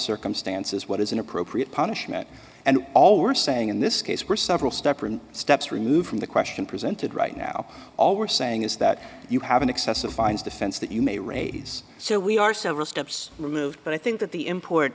circumstances what is an appropriate punishment and all we're saying in this case were several step or steps removed from the question presented right now all we're saying is that you have an excessive fines defense that you may raise so we are several steps removed but i think that the import